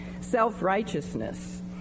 self-righteousness